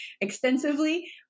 extensively